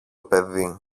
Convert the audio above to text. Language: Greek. παιδί